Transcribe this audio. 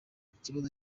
ikibazo